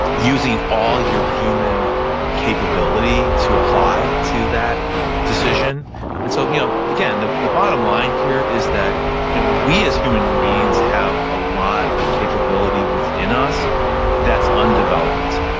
using all your human capability to apply to that decision and so yeah again, the the bottom line here is that you know we as human names have a lot of capability within us that's undeveloped.